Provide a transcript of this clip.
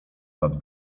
nad